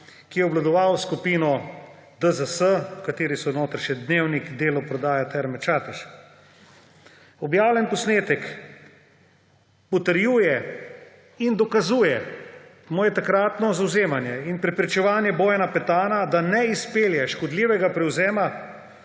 ki je obvladoval skupino DZS, v kateri so notri še Dnevnik, Delo prodaja, Terme Čatež. Objavljeni posnetek potrjuje in dokazuje moje takratno zavzemanje in prepričevanje Bojana Petana, da ne izpelje škodljivega prevzema